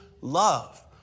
love